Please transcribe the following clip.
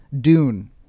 Dune